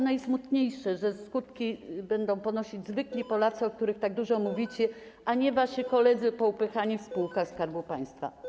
Najsmutniejsze jest to, że skutki będą ponosić zwykli Polacy, o których tak dużo mówicie, a nie wasi koledzy poupychani w spółkach Skarbu Państwa.